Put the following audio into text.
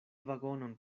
vagonon